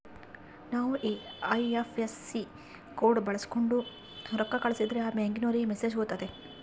ನಾವು IFSC code ಬಳಕ್ಸೋಂಡು ರೊಕ್ಕ ಕಳಸಿದ್ರೆ ಆ ಬ್ಯಾಂಕಿನೋರಿಗೆ ಮೆಸೇಜ್ ಹೊತತೆ